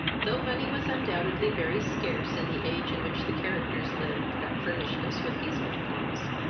though money was undoubtedly very scarce in the age in which the characters lived that furnished us with these memoirs,